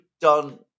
done